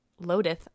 loadeth